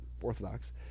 Orthodox